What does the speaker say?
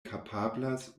kapablas